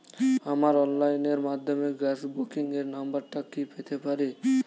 আমার অনলাইনের মাধ্যমে গ্যাস বুকিং এর নাম্বারটা কি পেতে পারি?